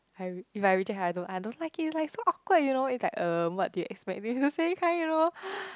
I re~ if I reject I don't I don't like it it's so awkward you know it's like um what do you expect me to say those kind you know